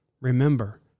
Remember